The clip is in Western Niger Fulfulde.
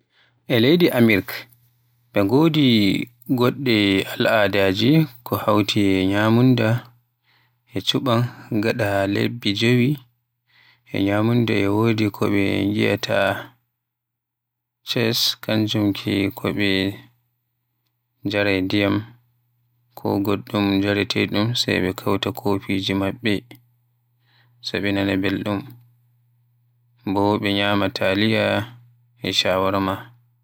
E leydi Amirk be ngodi goɗɗe aladaaje ko hawti e ñyamunda e chuɓaan gaɗa lebbi jewi. E ñyamunda e wodi ko ɓe ngiaayata ches, kanjum ke so ɓe njaraay ndiyam ko goɗɗum njareetedun sai ɓe kauta kofiji maɓɓe, so ɓe nana belɗum. Bo ɓe ñyama taliya, e shawarma.